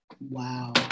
Wow